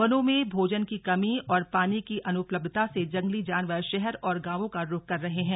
वनों में भोजन की कमी और पानी की अनुपलब्धता से जंगली जानवर शहर और गांवों का रुख कर रहे हैं